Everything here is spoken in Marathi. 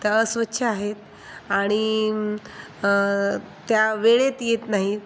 त्या अस्वच्छ आहेत आणि त्या वेळेत येत नाही आहेत